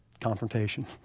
Confrontation